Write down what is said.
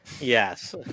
Yes